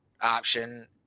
option